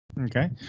Okay